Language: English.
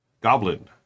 Goblin